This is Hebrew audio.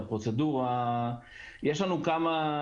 יש לנו כמה,